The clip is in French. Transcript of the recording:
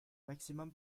maximum